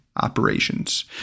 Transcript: operations